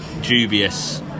dubious